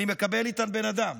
אני מקבל איתן בן אדם?"